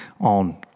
on